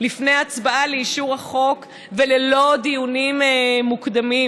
לפני הצבעה על אישור החוק וללא דיונים מוקדמים.